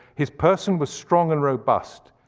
his person was strong and robust,